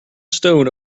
stone